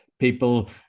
people